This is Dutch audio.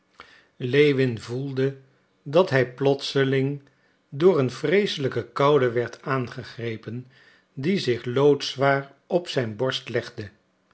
lewin voelde dat hij plotseling door een vreeselijke koude werd aangegrepen die zich loodzwaar op zijn borst legde